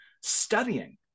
studying